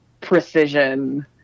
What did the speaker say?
precision